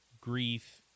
grief